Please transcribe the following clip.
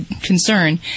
concern